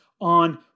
on